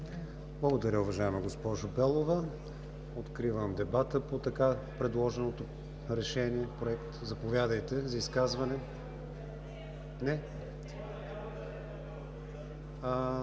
Благодаря, уважаема госпожо Белова. Откривам дебата по така предложения проект. Заповядайте за изказване. (Реплики.)